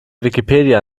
wikipedia